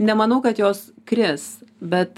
nemanau kad jos kris bet